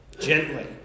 gently